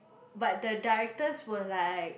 but the directors were like